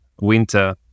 winter